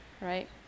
right